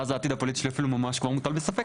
ואז העתיד הפוליטי שלי כבר ממש מוטל בספק.